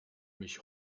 mich